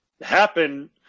happen